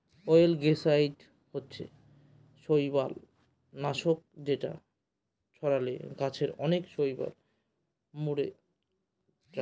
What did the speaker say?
অয়েলগেসাইড হচ্ছে শৈবাল নাশক যেটা ছড়ালে গাছে অনেক শৈবাল মোরে যায়